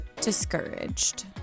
Discouraged